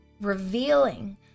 revealing